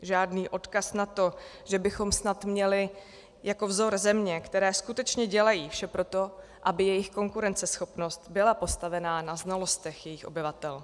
Žádný odkaz na to, že bychom snad měli jako vzor země, které skutečně dělají vše pro to, aby jejich konkurenceschopnost byla postavena na znalostech jejich obyvatel.